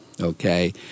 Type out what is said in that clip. okay